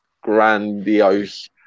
grandiose